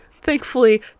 thankfully